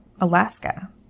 Alaska